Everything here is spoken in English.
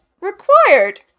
required